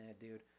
dude